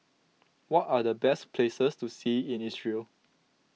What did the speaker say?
what are the best places to see in Israel